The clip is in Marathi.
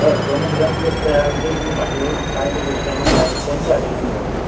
बरं कोण्या ठिकाणची गोष्ट आहे हा विषय तुम्ही भाटीवरून पाहिली बसस्टँडमध्ये आहा तर कोणच्या हॉटेलमध्ये घडलं